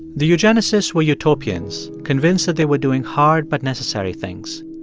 the eugenicists were utopians convinced that they were doing hard but necessary things.